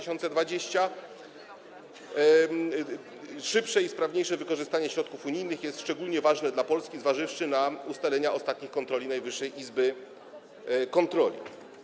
Szybsze i sprawniejsze wykorzystanie środków unijnych jest szczególnie ważne dla Polski, zważywszy na ustalenia ostatnich kontroli Najwyższej Izby Kontroli.